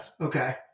Okay